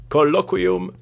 Colloquium